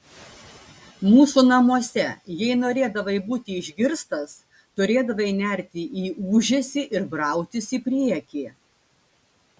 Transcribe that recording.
mūsų namuose jei norėdavai būti išgirstas turėdavai nerti į ūžesį ir brautis į priekį